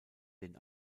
den